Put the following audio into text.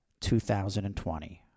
2020